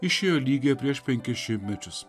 išėjo lygiai prieš penkis šimtmečius